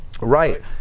right